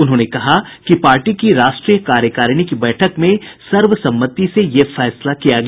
उन्होंने कहा कि पार्टी की राष्ट्रीय कार्यकारिणी की बैठक में सर्वसम्मति से यह फैसला किया गया